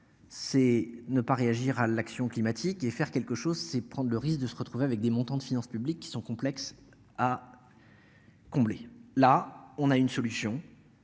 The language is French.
c'est ne pas réagir à l'action climatique et faire quelque chose c'est prendre le risque de se retrouver avec des montants de finances publiques qui sont complexes. Ah. Comblée, là on a une solution.